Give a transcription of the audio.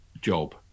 job